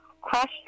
question